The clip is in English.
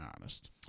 honest